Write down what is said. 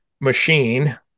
machine